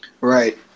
Right